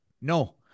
No